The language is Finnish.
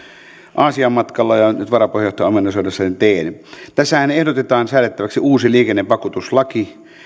aasian matkalla ja nyt varapuheenjohtajan ominaisuudessa sen teen tässähän ehdotetaan säädettäväksi uusi liikennevakuutuslaki